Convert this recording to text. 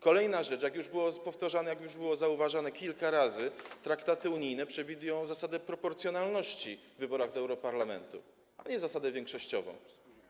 Kolejna rzecz, jak już było powtarzane, jak było zauważane kilka razy, dotyczy tego, że traktaty unijne przewidują zasadę proporcjonalności w wyborach do europarlamentu, a nie zasadę większościową.